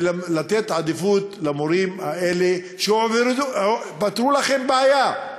ולתת עדיפות למורים האלה, שפתרו לכם בעיה,